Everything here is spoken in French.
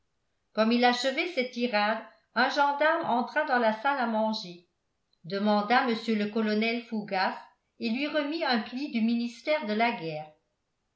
comme il achevait cette tirade un gendarme entra dans la salle à manger demanda mr le colonel fougas et lui remit un pli du ministère de la guerre